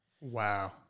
Wow